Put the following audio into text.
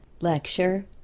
Lecture